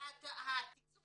התקצוב